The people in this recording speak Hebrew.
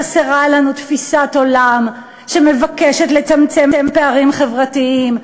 חסרה לנו תפיסת עולם שמבקשת לצמצם פערים חברתיים,